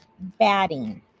batting